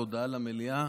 של הודעה למליאה.